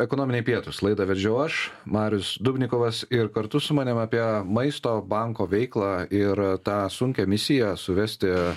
ekonominiai pietūs laidą vedžiau aš marius dubnikovas ir kartu su manim apie maisto banko veiklą ir tą sunkią misiją suvesti